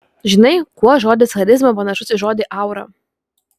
žinai kuo žodis charizma panašus į žodį aura